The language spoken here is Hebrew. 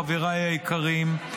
חבריי היקרים,